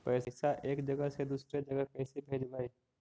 पैसा एक जगह से दुसरे जगह कैसे भेजवय?